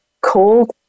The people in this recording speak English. called